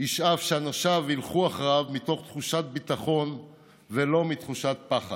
ישאף שאנשיו ילכו אחריו מתוך תחושת ביטחון ולא מתחושת פחד.